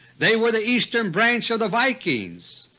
they were the eastern branch of the vikings.